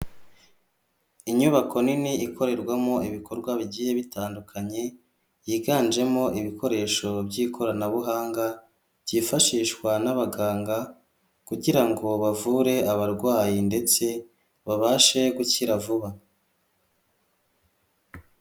Inyubako nini ikorerwamo ibikorwa bigiye bitandukanye yiganjemo ibikoresho by'ikoranabuhanga byifashishwa n'abaganga kugirango bavure abarwayi ndetse babashe gukira vuba.